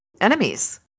enemies